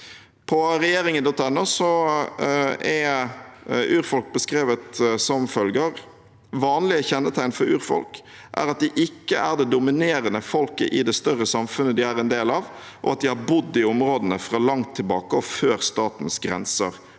På regjeringen.no er urfolk beskrevet som følger: «Vanlige kjennetegn for urfolk er at de ikke er det dominerende folket i det større samfunnet de er en del av, og at de har bodd i områdene fra langt tilbake og før statens grenser